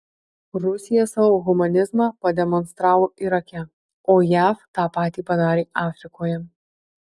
rusija savo humanizmą pademonstravo irake o jav tą patį padarė afrikoje